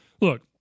Look